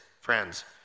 friends